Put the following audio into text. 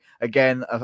again